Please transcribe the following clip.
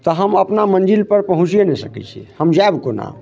तऽ हम अपना मंजिल पर पहुँचियै नहि सकै छी हम जायब कोना